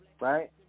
right